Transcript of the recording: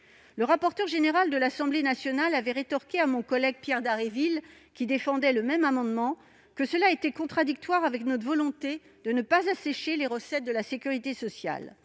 Le rapporteur général de l'Assemblée nationale avait rétorqué à mon collègue Pierre Dharréville, qui défendait un amendement similaire, que cette proposition était contradictoire avec notre volonté de ne pas assécher les recettes de la sécurité sociale.